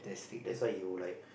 that's why you like